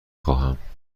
خواهم